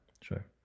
Sure